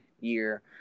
year